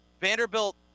Vanderbilt